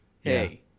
Hey